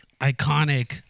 Iconic